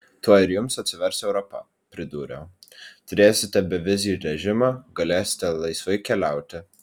tuoj ir jums atsivers europa pridūriau turėsite bevizį režimą galėsite laisvai keliauti